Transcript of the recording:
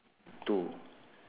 two